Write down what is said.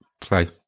play